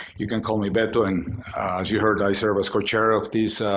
you can call me beto. and as you heard, i serve as co-chair of this